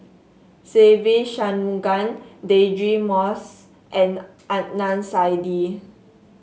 Se Ve Shanmugam Deirdre Moss and Adnan Saidi